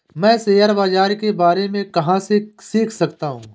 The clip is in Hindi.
मैं शेयर बाज़ार के बारे में कहाँ से सीख सकता हूँ?